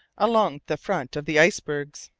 along the front of the icebergs